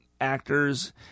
actors